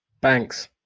Banks